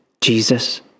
Jesus